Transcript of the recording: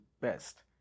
best